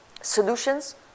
solutions